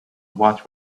what